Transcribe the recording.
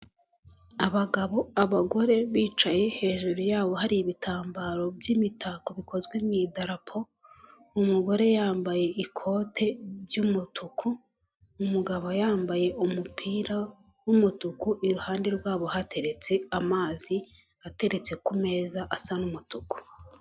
Abagabo, abagore bicaye hejuru yabo hari ibitambaro by'imitako bikozwe mu idarapo umugore yambaye ikote ry'umutuku umugabo yambaye umupira w'umutuku iruhande rwabo hateretse amazi ateretse ku meza asa n'umutuku.